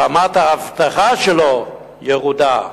רמת האבטחה שלו ירודה,